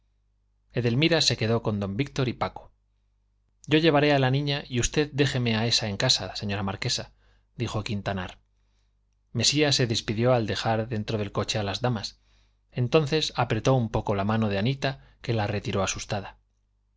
edelmira se quedó con don víctor y paco yo llevaré a la niña y usted déjeme a ésa en casa señora marquesa dijo quintanar mesía se despidió al dejar dentro del coche a las damas entonces apretó un poco la mano de anita que la retiró asustada